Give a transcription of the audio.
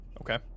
Okay